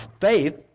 faith